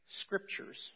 Scriptures